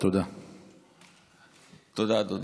תודה, אדוני.